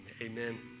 Amen